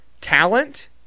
talent